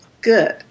good